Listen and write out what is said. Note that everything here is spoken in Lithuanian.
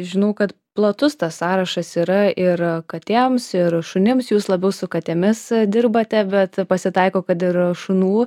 žinau kad platus tas sąrašas yra ir katėms ir šunims jūs labiau su katėmis dirbate bet pasitaiko kad ir šunų